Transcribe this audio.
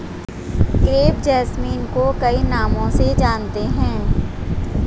crepe jasmine को कई नामों से जानते हैं